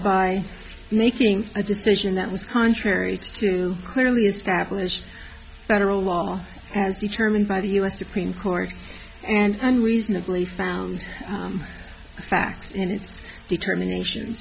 by making a decision that was contrary to clearly established federal law as determined by the u s supreme court and reasonably found facts in its determination